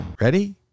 Ready